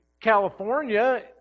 California